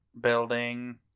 building